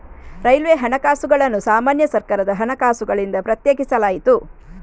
railway ಹಣಕಾಸುಗಳನ್ನು ಸಾಮಾನ್ಯ ಸರ್ಕಾರದ ಹಣಕಾಸುಗಳಿಂದ ಪ್ರತ್ಯೇಕಿಸಲಾಯಿತು